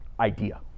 idea